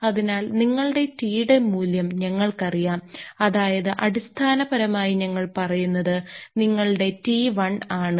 അതിനാൽ നിങ്ങളുടെ T യുടെ മൂല്യം ഞങ്ങൾക്കറിയാം അതായത് അടിസ്ഥാനപരമായി ഞങ്ങൾ പറയുന്നത് നിങ്ങളുടെ T1 ആണ്